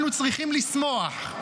אנחנו צריכים לשמוח.